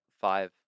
five